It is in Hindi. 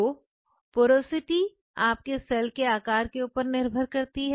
तो पोरोसिटी आपके सेल के आकार के ऊपर निर्भर करती है